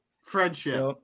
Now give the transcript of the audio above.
Friendship